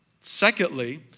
Secondly